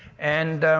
and